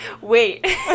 wait